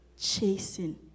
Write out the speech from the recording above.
Chasing